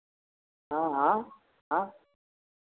हाँ हाँ हाँ